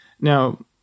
Now